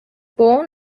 born